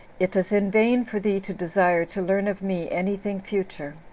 it is in vain for thee to desire to learn of me any thing future,